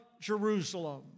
Jerusalem